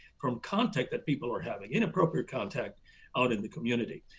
from contact that people are having, inappropriate contact out in the community.